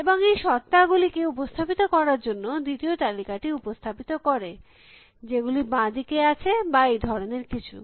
এবং এই সত্ত্বা গুলিকে উপস্থাপিত করার জন্য দ্বিতীয় তালিকাটি উপস্থাপিত করে যেগুলি বাঁ দিকে আছে বা এই ধরনের কিছু